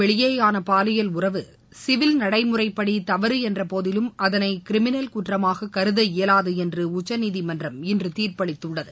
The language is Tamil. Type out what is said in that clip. வெளியேயான பாலியல் திருமண பந்தத்துக்கு சிவில் நடைமுறைப்படி தவறு என்றபோதிலும் அதனை கிரிமினல் குற்றமாகக் கருத இயலாது என்று உச்சநீதிமன்றம் இன்று தீர்ப்பளித்துள்ளது